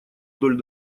вдоль